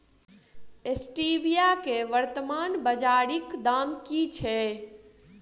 Stevia केँ वर्तमान बाजारीक दाम की छैक?